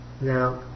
Now